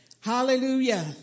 Hallelujah